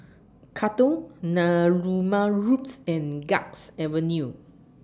Katong Narooma Roads and Guards Avenue